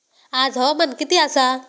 आज हवामान किती आसा?